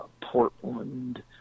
Portland